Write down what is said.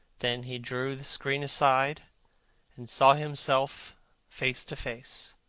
then he drew the screen aside and saw himself face to face.